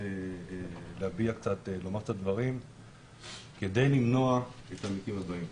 לומר את הדברים כדי למנוע את המקרים הבאים.